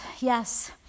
yes